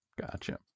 Gotcha